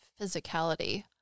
physicality